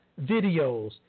videos